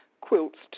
quilts